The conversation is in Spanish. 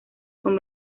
con